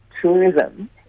tourism